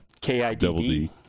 K-I-D-D